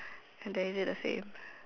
and then is it the same